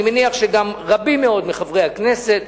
אני מניח שגם רבים מאוד מחברי הכנסת,